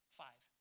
five